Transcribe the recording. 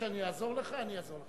אני לא מתערב.